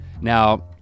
Now